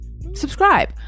Subscribe